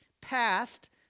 past